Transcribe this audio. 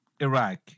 Iraq